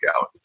out